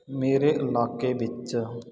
ਮੇਰੇ ਇਲਾਕੇ ਵਿੱਚ